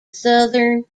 southern